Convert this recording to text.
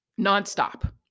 nonstop